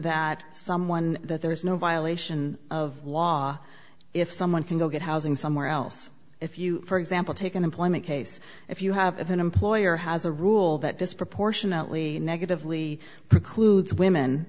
that someone that there is no violation of law if someone can go get housing somewhere else if you for example take an employment case if you have if an employer has a rule that disproportionately negatively precludes women